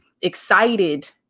excited